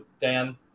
Dan